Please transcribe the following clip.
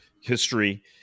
history